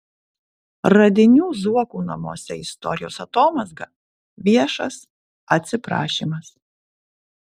radinių zuokų namuose istorijos atomazga viešas atsiprašymas